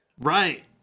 right